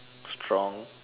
strong